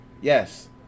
Yes